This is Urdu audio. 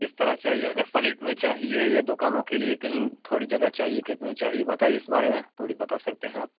کس طرح چاہیے اگر فلیٹ میں چاہیے یا دکانوں کے کہیں تھوڑی جگہ چاہیے کتنی چاہیے بتائیے اس بارے میں تھوڑی بتا سکتے ہیں آپ